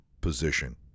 position